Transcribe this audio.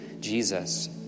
Jesus